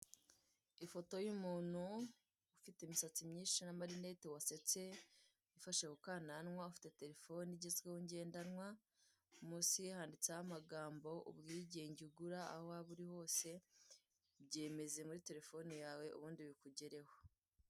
Ifoto y'umuntu ufite imisatsi myinshi n'amarinete wasetse ufasha ku kananwa ufite telefone igezweho ngendanwa mu nsi ye handitseho amagambo ubwigenge ugura aho waba uri hose byemeze muri telefone yawe ubundi bikugereho.